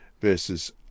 verses